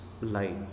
light